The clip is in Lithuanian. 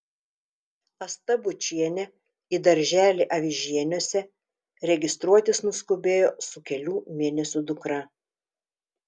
asta bučienė į darželį avižieniuose registruotis nuskubėjo su kelių mėnesių dukra